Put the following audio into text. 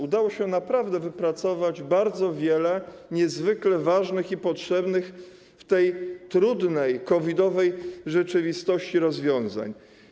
Udało się naprawdę wypracować bardzo wiele niezwykle ważnych i potrzebnych w tej trudnej, COVID-owej rzeczywistości rozwiązań.